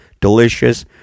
delicious